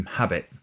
habit